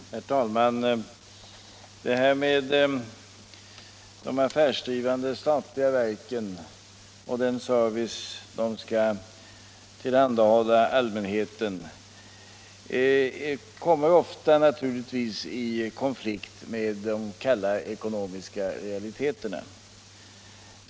Herr talman! Den service som de affärsdrivande statliga verken skall tillhandahålla allmänheten kommer naturligtvis ofta i konflikt med de kalla ekonomiska realiteterna.